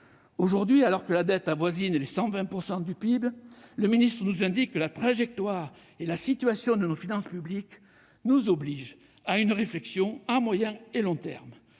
Aujourd'hui, alors que la dette avoisine les 120 % du PIB, le ministre nous indique que la trajectoire et la situation de nos finances publiques nous obligent à une réflexion à moyen et long termes.